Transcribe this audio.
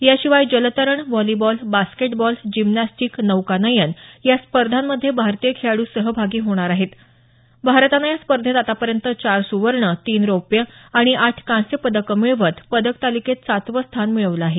याशिवाय जलतरण volleyball basketball gymnastic नौकानयन या स्पर्धांमध्ये भारतीय खेळाडू सहभागी होणार आहेत भारतानं या स्पर्धेत आतापर्यंत चार सुवर्ण तीन रौप्य आणि आठ कांस्य पदकं मिळवत पदक तालिकेत सातवं स्थान मिळवलं आहे